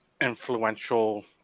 influential